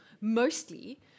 Mostly